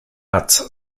arts